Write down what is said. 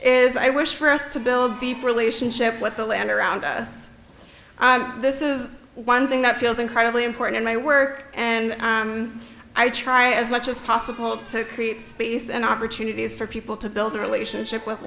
is i wish for us to build deeper relationship with the land around us this is one thing that feels incredibly important in my work and i try as much as possible to create space and opportunities for people to build a relationship with